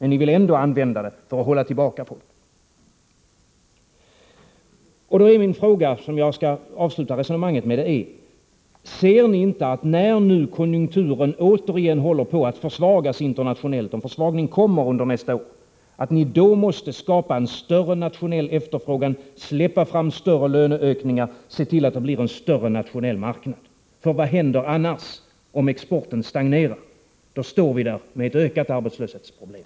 Ni vill ändå använda det för att hålla tillbaka folk. Min fråga, som jag skall avsluta resonemanget med, är: Ser ni inte att ni nu när konjunkturen återigen håller på att försvagas internationellt — en försvagning kommer under nästa år — måste skapa en större nationell efterfrågan, släppa fram större löneökningar och se till att det blir en större nationell marknad? Vad händer annars — om exporten stagnerar? Då står vi där med ett ökat arbetslöshetsproblem.